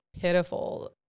pitiful